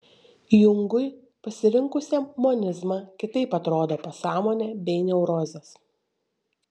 jungui pasirinkusiam monizmą kitaip atrodo pasąmonė bei neurozės